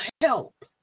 help